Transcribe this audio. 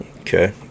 Okay